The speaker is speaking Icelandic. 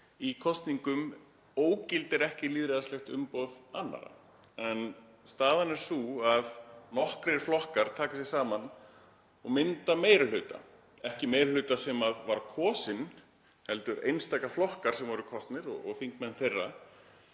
í kosningum ógildir ekki lýðræðislegt umboð annarra. En staðan er sú að nokkrir flokkar taka sig saman og mynda meiri hluta, ekki meiri hluta sem var kosinn heldur meiri hluti einstakra flokka sem voru kosnir, þingmenn þeirra.